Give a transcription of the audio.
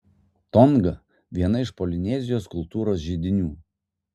tonga viena iš polinezijos kultūros židinių